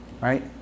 Right